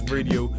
Radio